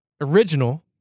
original